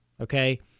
okay